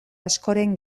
askoren